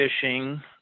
fishing